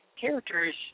characters